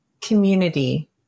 community